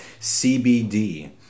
CBD